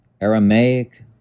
Aramaic